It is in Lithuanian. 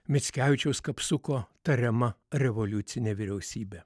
mickevičiaus kapsuko tariama revoliucinė vyriausybė